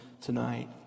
tonight